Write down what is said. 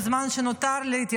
בזמן שנותר לי,